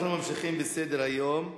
אנחנו ממשיכים בסדר-היום.